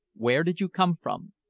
where did you come from,